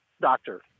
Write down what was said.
doctor